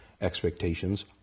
expectations